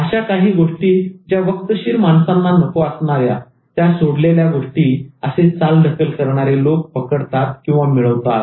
अशा काही गोष्टी ज्या वक्तशीर माणसांना नको असणाऱ्या त्या सोडलेल्या गोष्टी असे चालढकल करणारे लोक पकडतात मिळवतात